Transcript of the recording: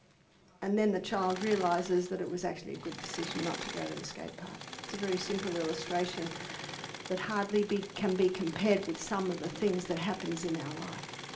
and then the child realizes that it was actually a good decision not to go to the skate park. it's a very simple illustration that hardly can be compared with some of the things that happens in our life,